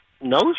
no